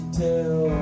tell